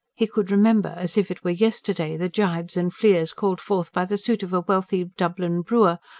he could remember, as if it were yesterday, the jibes and fleers called forth by the suit of a wealthy dublin brewer,